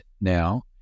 now